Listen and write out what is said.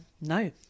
No